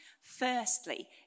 Firstly